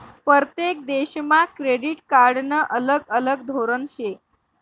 परतेक देशमा क्रेडिट कार्डनं अलग अलग धोरन शे